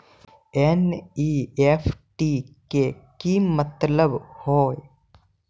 NEFT के कि मतलब होइ?